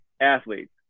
athletes